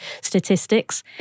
statistics